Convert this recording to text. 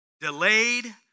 Delayed